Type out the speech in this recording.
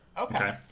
Okay